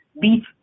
beef